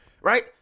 Right